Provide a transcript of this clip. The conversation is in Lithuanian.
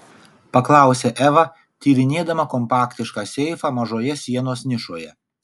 paklausė eva tyrinėdama kompaktišką seifą mažoje sienos nišoje